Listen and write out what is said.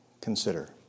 consider